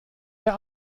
der